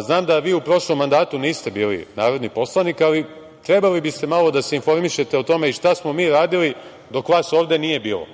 znam da vi u prošlom mandatu niste bili narodni poslanik, ali trebali biste malo da se informišete o tome i šta smo mi radili dok vas ovde nije bilo,